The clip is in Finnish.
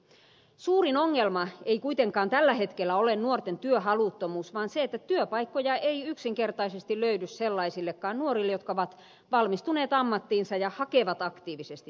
suurin ongelma ei kuitenkaan tällä hetkellä ole nuorten työhaluttomuus vaan se että työpaikkoja ei yksinkertaisesti löydy sellaisillekaan nuorille jotka ovat valmistuneet ammattiin ja hakevat aktiivisesti työtä